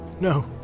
No